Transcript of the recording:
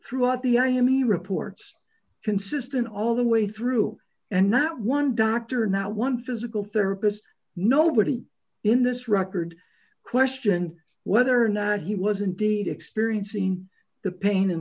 throughout the enemy reports consistent all the way through and not one doctor not one physical therapist nobody in this record questioned whether or not he was indeed experiencing the pain and